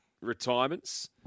retirements